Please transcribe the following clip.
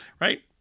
right